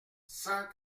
cent